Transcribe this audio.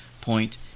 point